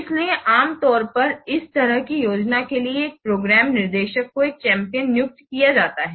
इसलिए आम तौर पर इस तरह की योजनाओं के लिए एक प्रोग्राम निदेशक को एक चैंपियन नियुक्त किया जाता है